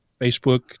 Facebook